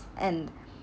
and